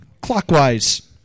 clockwise